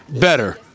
better